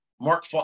Mark